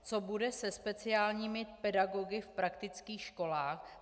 Co bude se speciálními pedagogy v praktických školách?